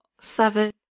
seven